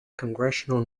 congressional